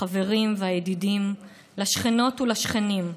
לחברים והידידים, לשכנות ולשכנים,